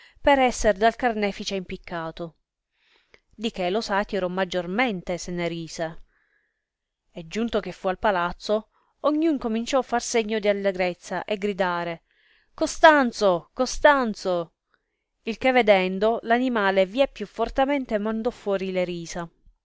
per esser dal carnefice impiccato di che lo satiro maggiormente se ne rise e giunto che fu al palazzo ogn un cominciò far segno di allegrezza e gridare costanzo costanzo il che vedendo l'animale vie più fortemente mandò fuori le risa